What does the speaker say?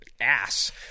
ass